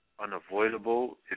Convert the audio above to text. Unavoidable